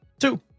two